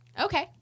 Okay